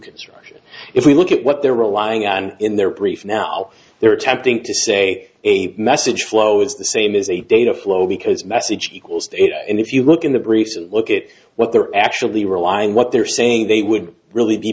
construction if we look at what they're relying on in their brief now they're attempting to say a message flow is the same as a data flow because message because if you look in the briefs and look at what they're actually relying what they're saying they would really be